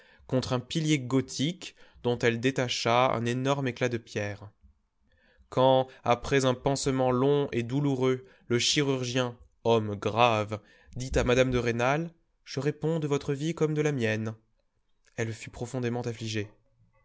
contre un pilier gothique dont elle détacha un énorme éclat de pierre quand après un pansement long et douloureux le chirurgien homme grave dit à mme de rênal je réponds de votre vie comme de la mienne elle fut profondément affligée